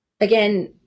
Again